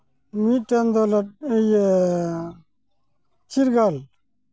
ᱢᱤᱫᱴᱟᱝ ᱫᱚ ᱤᱭᱟᱹ ᱪᱤᱨᱜᱟᱹᱞ